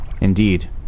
indeed